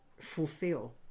fulfill